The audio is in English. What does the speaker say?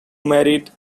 married